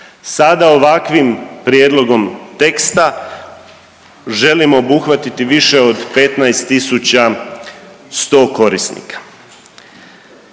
Sada ovakvim prijedlogom teksta želimo obuhvatiti više od 15100 korisnika.